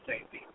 safety